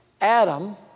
Adam